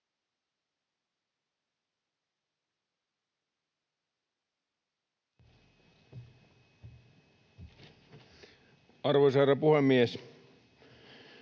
Arvoisa herra puhemies!